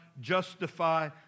justify